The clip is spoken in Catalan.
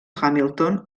hamilton